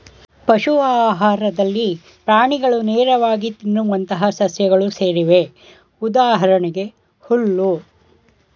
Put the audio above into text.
ಪಶು ಆಹಾರದಲ್ಲಿ ಪ್ರಾಣಿಗಳು ನೇರವಾಗಿ ತಿನ್ನುವಂತಹ ಸಸ್ಯಗಳು ಸೇರಿವೆ ಉದಾಹರಣೆಗೆ ಹುಲ್ಲು